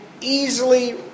easily